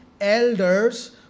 elders